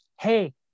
Hey